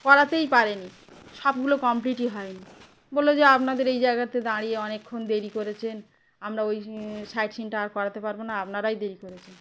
করাতেই পারেনি সবগুলো কমপ্লিটই হয়নি বলল যে আপনাদের এই জায়গাতে দাঁড়িয়ে অনেকক্ষণ দেরি করেছেন আমরা ওই সাইট সিনটা আর করাতে পারব না আপনারাই দেরি করেছেন